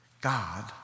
God